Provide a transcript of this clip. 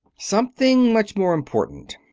something much more important.